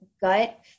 gut